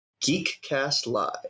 GeekCastLive